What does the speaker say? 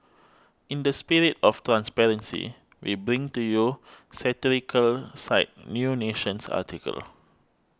in the spirit of transparency we bring to you satirical site New Nation's article